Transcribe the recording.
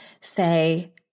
say